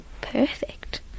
Perfect